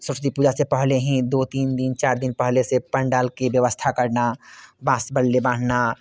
सरस्वती पूजा से पहले ही दो तीन दिन चार दिन पहले से पंडाल की व्यवस्था करना बाँस बल्ले बाँधना